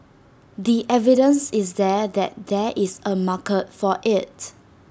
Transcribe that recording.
the evidence is there that there is A market for IT